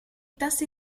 tasti